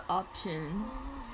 option